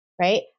right